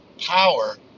power